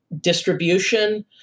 distribution